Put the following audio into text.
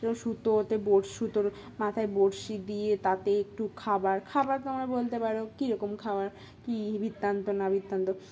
সুতো ওতে বড় সুতোর মাথায় বঁড়শি দিয়ে তাতে একটু খাবার খাবার তোমার বলতে পারো কীরকম খাবার কী বৃত্তান্ত না বৃত্তান্ত